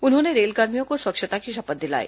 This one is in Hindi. उन्होंने रेलकर्मियों को स्वच्छता की शपथ दिलाई